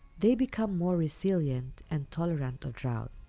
they become more resilient, and tolerant of drought.